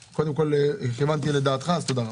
כיוונתי לדעתך, אז תודה רבה.